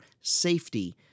safety